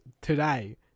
today